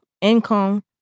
income